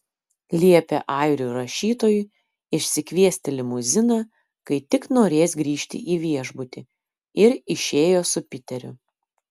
liepė airių rašytojui išsikviesti limuziną kai tik norės grįžti į viešbutį ir išėjo su piteriu